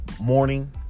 morning